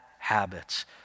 Habits